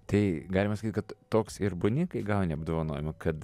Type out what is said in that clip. tai galima sakyt kad toks ir būni kai gauni apdovanojimą kad